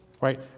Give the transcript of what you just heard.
right